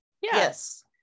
yes